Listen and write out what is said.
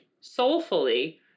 soulfully